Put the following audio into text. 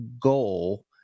goal